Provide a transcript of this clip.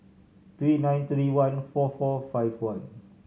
three nine three one four four five one